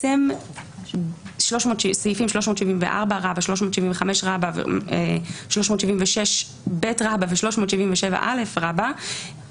סעיפים 374א, 375א, 376ב ו-377א בסימן ז' לפרק י'.